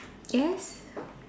yes